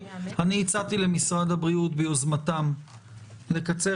אני הצעתי למשרד הבריאות ביוזמתם לקצר